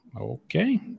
Okay